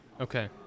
Okay